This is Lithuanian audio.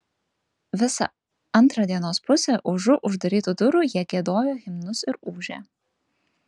visą antrą dienos pusę užu uždarytų durų jie giedojo himnus ir ūžė